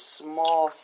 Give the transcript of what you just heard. small